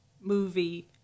movie